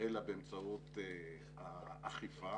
אלא באמצעות האכיפה,